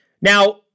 Now